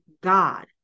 god